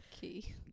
Key